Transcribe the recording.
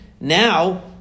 Now